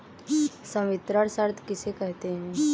संवितरण शर्त किसे कहते हैं?